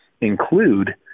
include